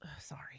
Sorry